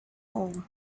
hole